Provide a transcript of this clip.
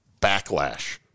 backlash